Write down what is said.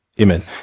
Amen